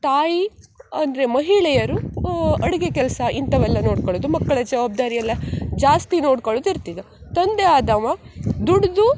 ತಾಯಿ ಅಂದರೆ ಮಹಿಳೆಯರು ಅಡುಗೆ ಕೆಲಸ ಇಂಥವೆಲ್ಲ ನೋಡ್ಕೊಳ್ಳೋದು ಮಕ್ಕಳ ಜವಾಬ್ದಾರಿ ಎಲ್ಲ ಜಾಸ್ತಿ ನೋಡ್ಕೊಳ್ಳುದು ಇರ್ತಿದು ತಂದೆ ಆದವ ದುಡಿದು